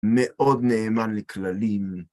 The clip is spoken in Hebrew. מאוד נאמן לכללים.